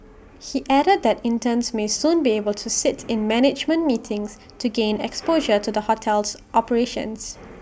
he added that interns may soon be able to sit in management meetings to gain exposure to the hotel's operations